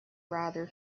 rather